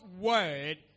word